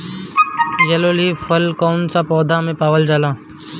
Yellow leaf curl कौन सा पौधा में पावल जाला?